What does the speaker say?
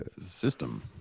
system